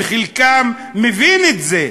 וחלקם מבין את זה,